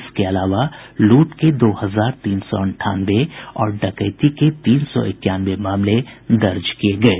इसके अलावा लूट के दो हजार तीन सौ अंठानवे और डकैती के तीन सौ इक्यानवे मामले दर्ज किये गये